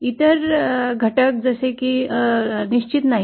इतर घटक निश्चित नाहीत